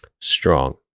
strong